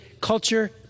culture